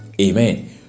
amen